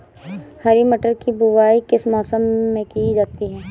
हरी मटर की बुवाई किस मौसम में की जाती है?